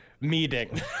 Meeting